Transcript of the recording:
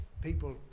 People